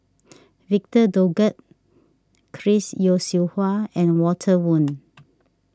Victor Doggett Chris Yeo Siew Hua and Walter Woon